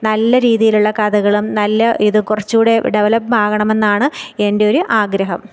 നല്ല രീതിയിലുള്ള കഥകളും നല്ല ഇത് കുറച്ചുകൂടെ ഡെവലപ്പ് ആകണമെന്നാണ് എൻ്റെ ഒരു ആഗ്രഹം